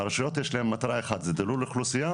הרשויות יש להן מטרה אחת זה דילול אוכלוסייה